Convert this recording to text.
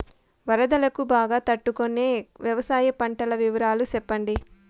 వరదలకు బాగా తట్టు కొనే వ్యవసాయ పంటల వివరాలు చెప్పండి?